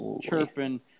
chirping